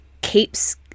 keeps